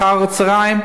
אחר-הצהריים,